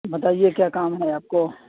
بتائیے کیا کام ہے آپ کو